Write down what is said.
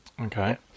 Okay